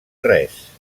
res